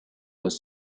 was